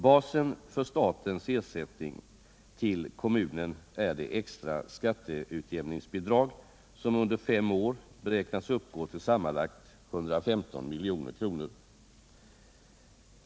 Basen för statens ersättning till kommunen är det extra skatteutjämningsbidrag som under fem år beräknas uppgå till sammanlagt 115 miljoner.